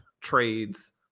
trades